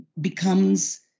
becomes